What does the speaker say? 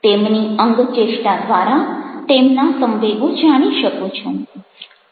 તેમની અંગચેષ્ઠા દ્વારા તેમના સંવેગો જાણી શકું છું